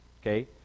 Okay